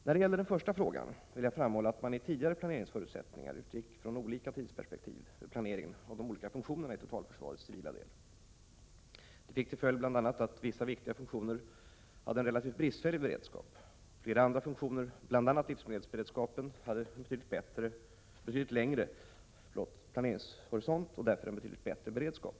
När det gäller den första frågan vill jag framhålla att man i tidigare planeringsförutsättningar utgick från olika tidsperspektiv vid planeringen av de olika funktionerna inom totalförsvarets civila del. Detta fick bl.a. till följd att vissa viktiga funktioner hade en relativt bristfällig beredskap. Flera andra funktioner, bl.a. livsmedelsberedskapen, hade en betydligt vidare planeringshorisont och därför en betydligt bättre beredskap.